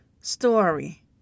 story